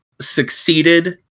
succeeded